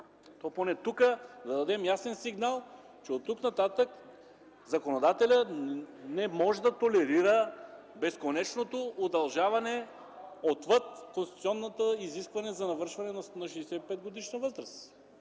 то поне тук да дадем ясен сигнал, че оттук нататък законодателят не може да толерира безконечното удължаване отвъд конституционното изискване за навършване на 65-годишна възраст.